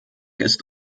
ist